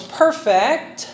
perfect